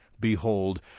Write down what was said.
Behold